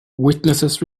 witnesses